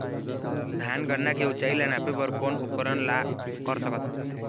धान गन्ना के ऊंचाई ला नापे बर कोन उपकरण ला कर सकथन?